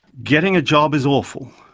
getting a job is awful.